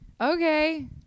Okay